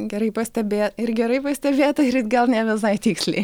gerai pastebė ir gerai pastebėta ir gal ne visai tiksliai